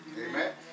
Amen